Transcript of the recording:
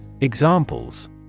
Examples